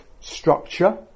structure